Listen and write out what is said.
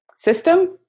system